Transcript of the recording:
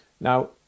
Now